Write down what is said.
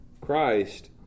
Christ